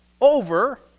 over